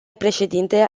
președinte